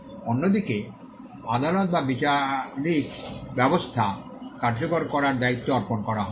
অন্যদিকে আদালত বা বিচারিক ব্যবস্থা কার্যকর করার দায়িত্ব অর্পণ করা হয়